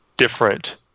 different